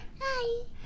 Hi